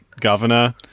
governor